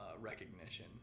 Recognition